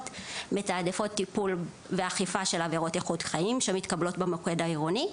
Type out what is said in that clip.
מתעדפות טיפול ואכיפה של עבירות איכות חיים שמתקבלות במוקד העירוני,